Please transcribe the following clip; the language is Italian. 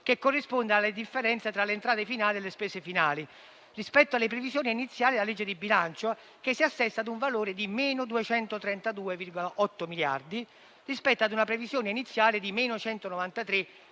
che corrisponde alla differenza tra le entrate finali e le spese finali, rispetto alle previsioni iniziali della legge di bilancio, che si assesta su un valore di meno 232,8 miliardi, rispetto a una previsione iniziale di meno 193,5 miliardi,